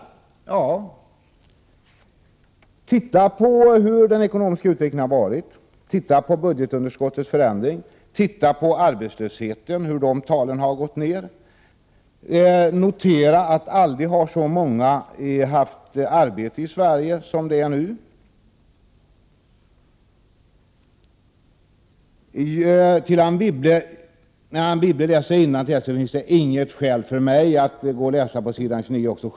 Ja, titta på hur den ekonomiska utvecklingen har varit, titta på budgetunderskottets förändring, titta på hur talen för arbetslösheten har gått ned. Notera att aldrig har så många haft arbete i Sverige som nu. När Anne Wibble läser innantill så finns det ingen anledning för mig att också läsa på s. 27.